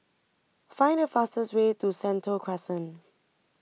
find the fastest way to Sentul Crescent